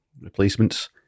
replacements